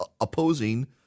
opposing